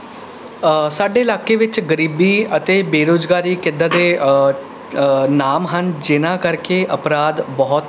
ਸਾਡੇ ਇਲਾਕੇ ਵਿੱਚ ਗਰੀਬੀ ਅਤੇ ਬੇਰੁਜ਼ਗਾਰੀ ਕਿੱਦਾਂ ਦੇ ਨਾਮ ਹਨ ਜਿਨ੍ਹਾਂ ਕਰਕੇ ਅਪਰਾਧ ਬਹੁਤ